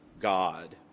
God